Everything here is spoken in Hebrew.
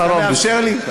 לא מאפשרים לי.